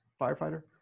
firefighter